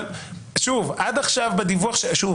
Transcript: נכון